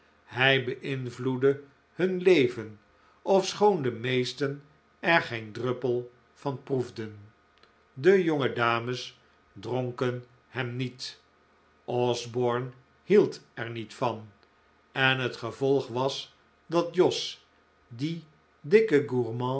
hij beinvloedde hun leven ofschoon de mecsten er geen druppel van proefden de jonge dames dronken hem niet osborne hield er niet van en het gevolg was dat jos die dikke